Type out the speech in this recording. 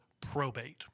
probate